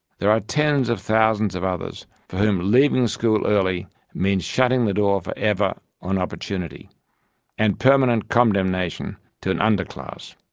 there are tens of thousands of others for whom leaving school early means shutting the door forever on opportunity and permanent condemnation to an underclass.